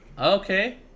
Okay